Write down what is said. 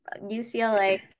UCLA